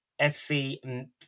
FC